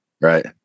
right